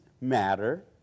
matter